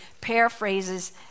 paraphrases